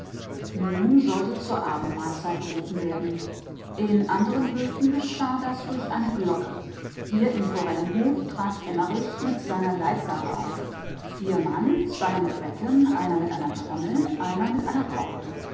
nun sollte zur abendmahlzeit gerufen werden in anderen höfen geschah das durch eine glocke hier im forellenhof trat emmerich mit seiner leibgarde auf vier mann zwei mit becken einer mit einer trommel einer mit einer pauke